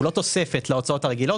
הוא לא תוספת להוצאות הרגילות,